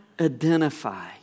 identify